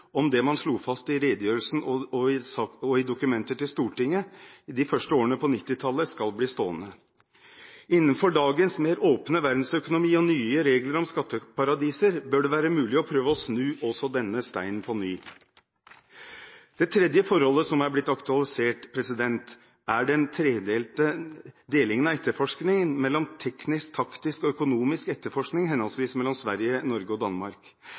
om det man slo fast i redegjørelsen og i dokumenter til Stortinget de første årene på 1990-tallet, skal bli stående. Innenfor dagens mer åpne verdensøkonomi og nye regler om skatteparadiser, bør det være mulig å prøve å snu også denne steinen på ny. Det tredje forholdet som er blitt aktualisert, er den tredelte etterforskningen – mellom teknisk, taktisk og økonomisk etterforskning mellom henholdsvis Sverige, Norge og Danmark. Det var slik at Sverige, ved en ganske liten politistasjon i Uddevalla, hadde ansvaret for åstedet. Danmark,